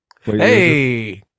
hey